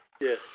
Yes